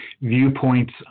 viewpoints